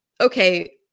okay